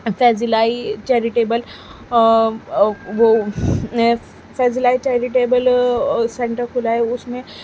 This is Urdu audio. فیزلائی چیریٹیبل وہ فیزلائی چیریٹیبل سینٹر کھلا ہے اس میں